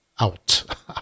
out